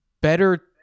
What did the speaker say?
better